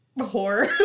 horror